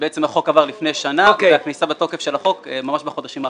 שבעצם החוק עבר לפני שנה והכניסה לתוקף של החוק ממש בחודשים האחרונים.